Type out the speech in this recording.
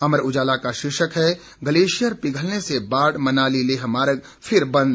अमर उजाला का शीर्षक है ग्लेशियर पिघलने से बाढ़ मनाली लेह मार्ग फिर बंद